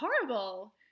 horrible